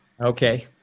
Okay